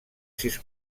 sis